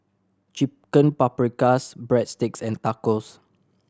Chicken Paprikas Breadsticks and Tacos